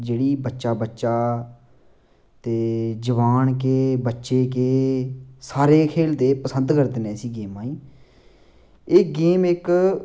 जेह्ड़ी बच्चा बच्चा ते जवान केह् बच्चे केह् सारे गै खेलदे पसंद करदे न इसी गेमां गी एह् गेम इक